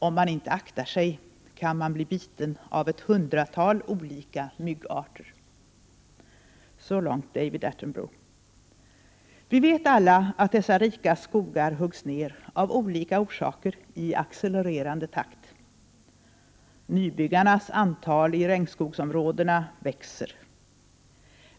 Om man inte aktar sig kan man bli biten av ett hundratal olika myggarter. Vi vet alla att dessa rika skogar av olika orsaker huggs ner i accelererande takt. Nybyggarnas antal i regnskogsområdena växer.